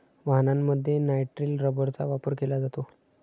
वाहनांमध्ये नायट्रिल रबरचा वापर केला जातो